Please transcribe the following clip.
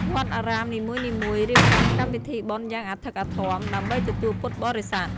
វត្តអារាមនីមួយៗរៀបចំកម្មវិធីបុណ្យយ៉ាងអធិកអធមដើម្បីទទួលពុទ្ធបរិស័ទ។